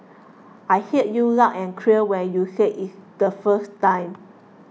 I heard you loud and clear when you said it the first time